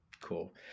Cool